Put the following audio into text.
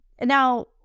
Now